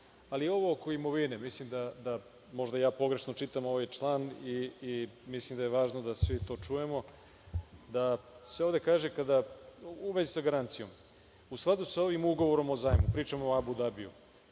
ovo oko imovine, mislim da možda ja pogrešno čitam ovaj član i mislim da je važno da svi to čujemo da se ovde kaže, u vezi sa garancijom - u skladu sa ovim ugovorom o zajmu, pričamo o Abu Dabiju,